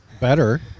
better